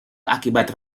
akibat